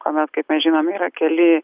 o mes kaip mes žinome yra keli